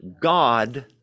God